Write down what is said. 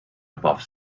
above